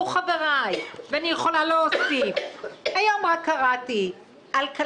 נשאיר את הבניין הזה,